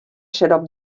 xarop